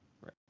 Right